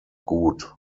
gut